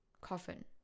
coffin